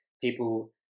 people